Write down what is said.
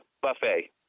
buffet